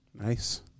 Nice